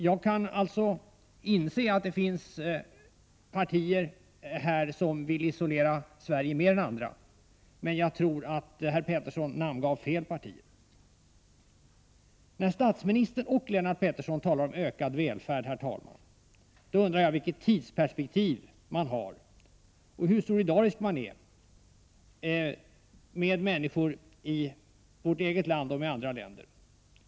Det finns alltså partier här som vill isolera Sverige mer än andra, man jag tror att herr Pettersson namngav fel partier. När statsministern och Lennart Pettersson talar om ökad välfärd, herr talman, undrar jag vilket tidsperspektiv man har och hur solidarisk man är med människor i vårt eget land och i andra länder.